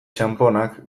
txanponak